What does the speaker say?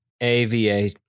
a-v-a